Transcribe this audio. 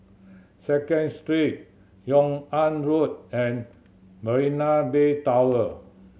Second Street Yung An Road and Marina Bay Tower